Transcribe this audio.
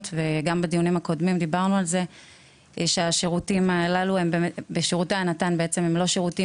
וגם בדיונים הקודמים דיברנו על זה ששירותי הנט"ן הם לא שירותים